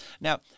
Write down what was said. Now